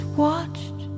watched